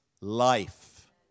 life